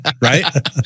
right